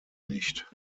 nicht